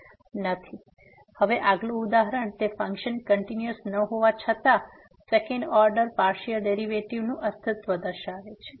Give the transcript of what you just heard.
તેથી હવે આગલું ઉદાહરણ તે ફંક્શન કંટીન્યુઅસ ન હોવા છતાં સેકન્ડ ઓર્ડર પાર્સીઅલ ડેરીવેટીવનું અસ્તિત્વ દર્શાવે છે